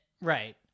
Right